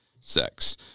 sex